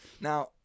Now